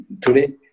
today